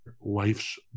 life's